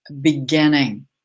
beginning